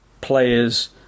Players